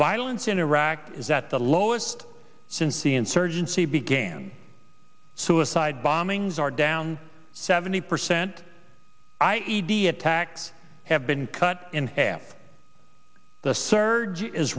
violence in iraq is at the lowest since the insurgency began suicide bombings are down seventy percent i e d attacks have been cut in half the surge is